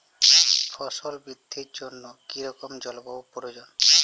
ফসল বৃদ্ধির জন্য কী রকম জলবায়ু প্রয়োজন?